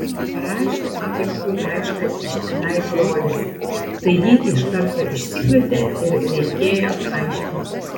parašė adolfui laišką iš tenai brolis tai jį iš karto išsikvietė ir reikėjo aiškintis